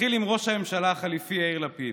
נתחיל עם ראש הממשלה החליפי יאיר לפיד,